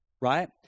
right